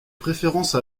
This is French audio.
préférence